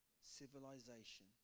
civilization